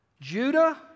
Judah